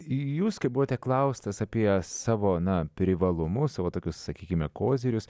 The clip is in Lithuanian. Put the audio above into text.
jūs kai buvote klaustas apie savo na privalumus savo tokius sakykime kozirius